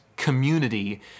community